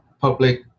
public